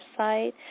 website